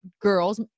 girls